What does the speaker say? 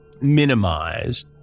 minimize